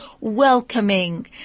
welcoming